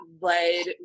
led